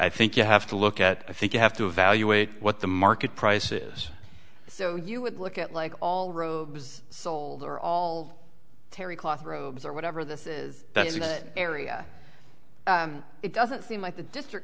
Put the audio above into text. i think you have to look at i think you have to evaluate what the market price is so you would look at like all road was sold or all terrycloth robes or whatever this is that's an area it doesn't seem like the district